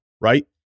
Right